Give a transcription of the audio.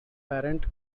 parents